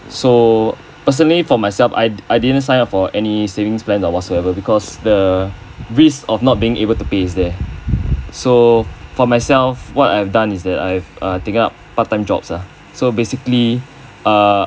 so personally for myself I I didn't sign up for any savings plan or whatsoever because the risk of not being able to pay is there so for myself what I've done is that I've uh taken up part time jobs ah so basically err